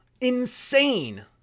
Insane